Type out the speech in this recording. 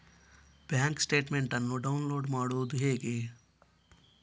Bank statement ಅನ್ನು download ಮಾಡುವುದು ಹೇಗೆ?